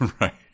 Right